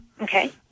Okay